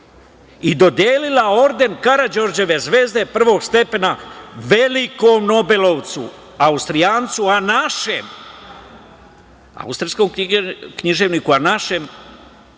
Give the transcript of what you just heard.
i dodelila orden Karađorđeve zvezde prvog stepena velikom nobelovcu Austrijancu, austrijskom književniku, a našem